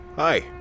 Hi